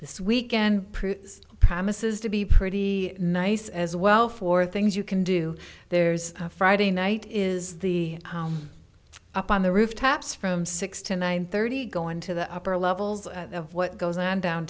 this weekend promises to be pretty nice as well four things you can do there's friday night is the up on the rooftops from six to nine thirty going to the upper levels of what goes on